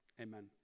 Amen